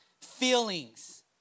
feelings